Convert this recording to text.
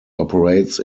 operates